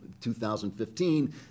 2015